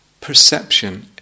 Perception